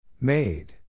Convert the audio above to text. made